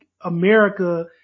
America